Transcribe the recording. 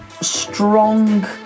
strong